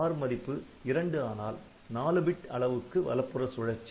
r மதிப்பு இரண்டு ஆனால் 4 பிட் அளவுக்கு வலப்புற சுழற்சி